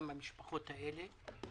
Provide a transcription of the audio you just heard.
גם במשפחות האלה.